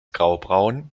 graubraun